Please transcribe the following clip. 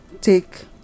take